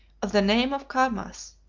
of the name of carmath,